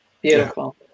Beautiful